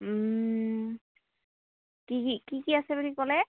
কি কি কি কি আছে বুলি ক'লে